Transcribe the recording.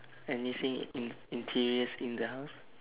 anything in~ interior's in the house